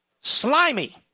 slimy